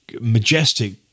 Majestic